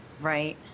right